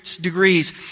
degrees